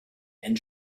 and